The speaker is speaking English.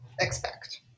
expect